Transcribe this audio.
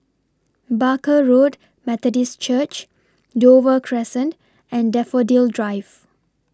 Barker Road Methodist Church Dover Crescent and Daffodil Drive